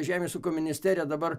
žemės ūkio ministerija dabar